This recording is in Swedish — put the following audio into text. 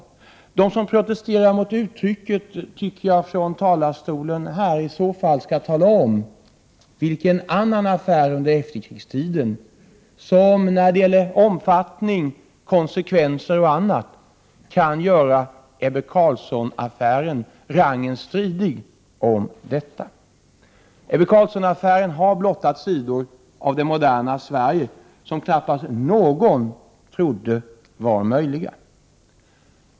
Jag tycker att de som protesterar mot det uttrycket här från talarstolen skall tala om vilken annan affär under efterkrigstiden som när det gäller omfattning, konsekvenser och annat kan göra Ebbe Carlsson-affären rangen stridig i detta avseende. Ebbe Carlsson-affären har blottat sidor av det moderna Sverige som knappast någon trodde var möjliga.